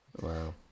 Wow